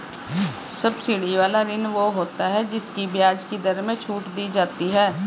subsidy वाला ऋण वो होता है जिसकी ब्याज की दर में छूट दी जाती है